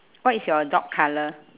what is your dog colour